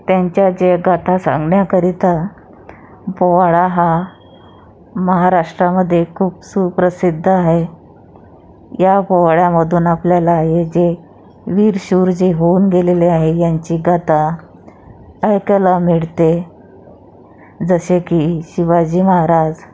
त्यांच्या जय गाथा सांगण्याकरिता पोवाडा हा महाराष्ट्रामध्ये खूप सुप्रसिद्ध आहे या पोवाड्यामधून आपल्याला हे जे वीरशूर जे होऊन गेलेले आहे यांची गाथा ऐकायला मिळते जसे की शिवाजी महाराज